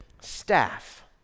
staff